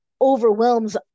overwhelms